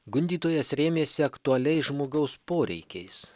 gundytojas rėmėsi aktualiais žmogaus poreikiais